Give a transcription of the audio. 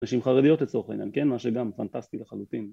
‫נשים חרדיות לצורך העניין, כן? ‫מה שגם פנטסטי לחלוטין.